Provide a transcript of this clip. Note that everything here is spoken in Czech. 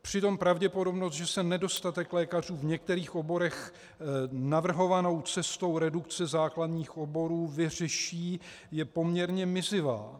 Přitom pravděpodobnost, že se nedostatek lékařů v některých oborech navrhovanou cestou redukce základních oborů vyřeší, je poměrně mizivá.